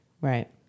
right